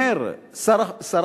אומר שר החוץ